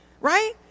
Right